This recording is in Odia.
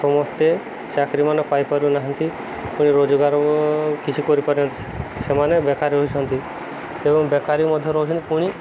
ସମସ୍ତେ ଚାକିରିମାନ ପାଇପାରୁନାହାନ୍ତି ପୁଣି ରୋଜଗାର ବି କିଛି କରିପାରନ୍ତି ସେମାନେ ବେକାରୀ ଅଛନ୍ତି ଏବଂ ବେକାରୀ ମଧ୍ୟ ରହୁଛନ୍ତି ପୁଣି